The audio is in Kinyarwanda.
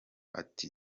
ati